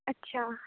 ਅੱਛਾ